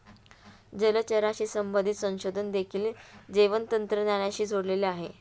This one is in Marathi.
जलचराशी संबंधित संशोधन देखील जैवतंत्रज्ञानाशी जोडलेले आहे